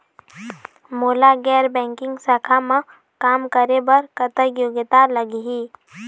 मोला गैर बैंकिंग शाखा मा काम करे बर कतक योग्यता लगही?